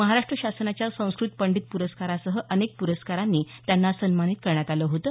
महाराष्ट्र शासनाच्या संस्कृत पंडित प्रस्कारासह अनेक प्रस्कारांनी त्यांना सन्मानित करण्यात आलं होतं